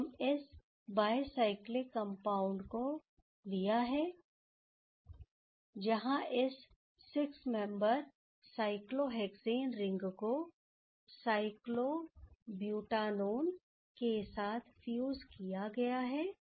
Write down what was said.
तो हम इस बायसाइक्लिक कंपाउंड को लिया है जहां इस 6 मेंबर साइक्लोहैक्सेन रिंग को साइक्लोबुटानोन के साथ फ्यूज किया गया है